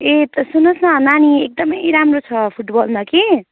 ए सुन्नुहोस् न नानी एकदमै राम्रो छ फुटबलमा कि